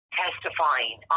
testifying